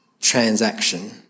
transaction